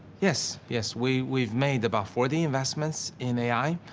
yes, yes, we, we've made about forty investments in a i.